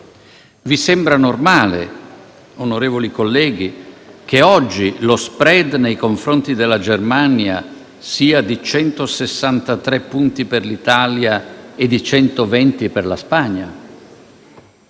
vi sembra normale che oggi lo *spread* nei confronti della Germania sia di 163 punti per l'Italia e di 120 per la Spagna?